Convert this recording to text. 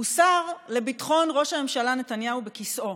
הוא שר לביטחון ראש הממשלה נתניהו בכיסאו.